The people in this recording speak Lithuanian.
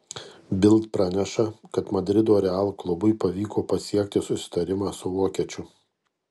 bild praneša kad madrido real klubui pavyko pasiekti susitarimą su vokiečiu